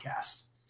podcast